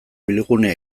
bilgunea